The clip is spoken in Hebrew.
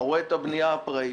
אתה רואה את הבנייה הפראות.